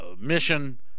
mission